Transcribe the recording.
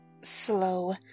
slow